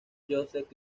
joseph